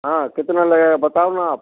हाँ कितना लगेगा बताओ ना आप